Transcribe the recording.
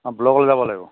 অঁ ব্লকলৈ যাব লাগিব